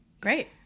Great